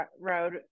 Road